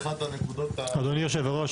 אדוני היושב-ראש,